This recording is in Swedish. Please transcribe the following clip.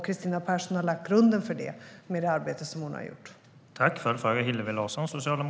Kristina Persson har, med det arbete som hon har gjort, lagt grunden för det.